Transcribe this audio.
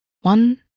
One